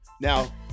Now